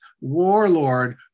warlord